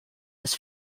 als